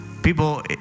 People